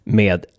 med